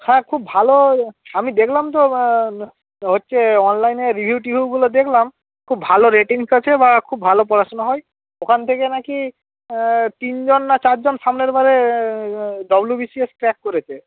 হ্যাঁ খুব ভালো আমি দেখলাম তো হচ্ছে অনলাইনে রিভিউ টিভিউগুলো দেখলাম খুব ভালো রেটিংস আছে বা খুব ভালো পড়াশোনা হয় ওখান থেকে নাকি তিনজন না চারজন সামনের বারে ডবলুবিসিএস ক্র্যাক করেছে